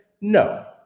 No